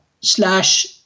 slash